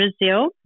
Brazil